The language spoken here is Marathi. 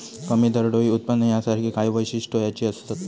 कमी दरडोई उत्पन्न यासारखी काही वैशिष्ट्यो ह्याची असत